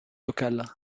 local